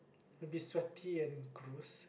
you'll be sweaty and gross